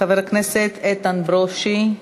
חבר הכנסת איתן ברושי,